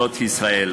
כספים.